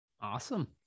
Awesome